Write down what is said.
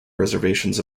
reservations